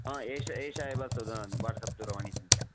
एषा एषा एव वाट्सप् दूरवाणी सख्या